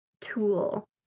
tool